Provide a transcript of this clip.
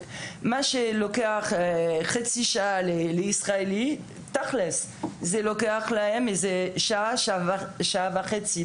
מה שלוקח חצי שעה לסטודנט ישראלי לוקח להם שעה או שעה וחצי,